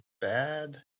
bad